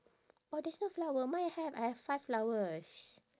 orh there's no flower mine have I have five flowers